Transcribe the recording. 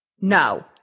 No